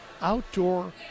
Outdoor